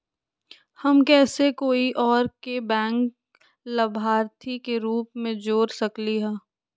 हम कैसे कोई और के बैंक लाभार्थी के रूप में जोर सकली ह?